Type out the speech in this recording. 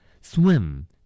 Swim